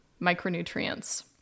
micronutrients